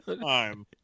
time